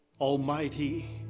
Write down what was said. Almighty